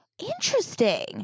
Interesting